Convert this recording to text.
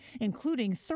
including